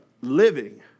living